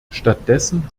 stattdessen